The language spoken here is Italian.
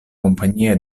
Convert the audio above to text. compagnia